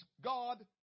God